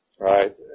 Right